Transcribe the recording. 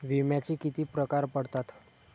विम्याचे किती प्रकार पडतात?